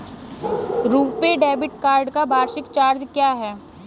RuPay debit card का वार्षिक charge क्या है?